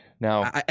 Now